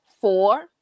four